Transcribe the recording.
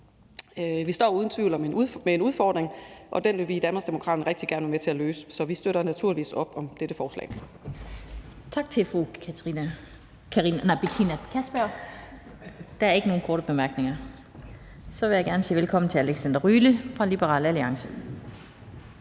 Vi står uden tvivl med en udfordring, og den vil vi i Danmarksdemokraterne rigtig gerne være med til at løse, så vi støtter naturligvis op om dette forslag. Kl. 16:20 Den fg. formand (Annette Lind): Tak til fru Betina Kastbjerg. Der er ikke nogen korte bemærkninger. Så vil jeg gerne sige velkommen til hr. Alexander Ryle fra Liberal Alliance.